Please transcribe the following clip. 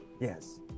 Yes